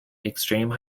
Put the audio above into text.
extreme